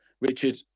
Richard